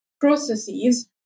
processes